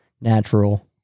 natural